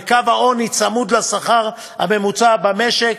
וקו העוני צמוד לשכר הממוצע במשק,